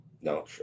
no